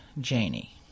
Janie